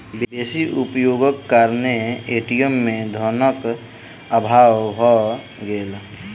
बेसी उपयोगक कारणेँ ए.टी.एम में धनक अभाव भ गेल